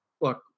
look